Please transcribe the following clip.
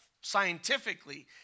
scientifically